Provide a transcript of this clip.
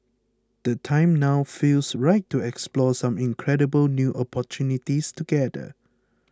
the time now feels right to explore some incredible new opportunities together